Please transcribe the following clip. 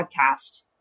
podcast